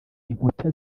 inkuta